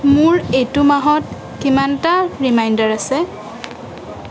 মোৰ এইটো মাহত কিমানটা ৰিমাইণ্ডাৰ আছে